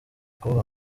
kuvuga